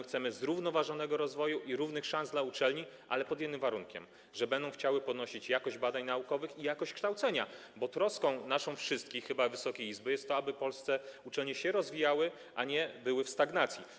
Chcemy zrównoważonego rozwoju i równych szans dla uczelni, ale pod jednym warunkiem - że będą chciały one podnosić jakość badań naukowych i jakość kształcenia, bo troską nas wszystkich, Wysokiej Izby, jest to, aby w Polsce uczelnie się rozwijały, a nie były w stagnacji.